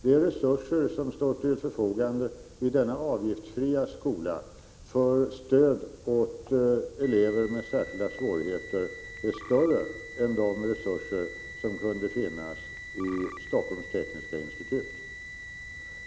De resurser som står till förfogande i denna avgiftsfria skola för stöd åt elever med särskilda svårigheter är större än de resurser som kunde finnas i Stockholms Tekniska institut.